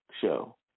show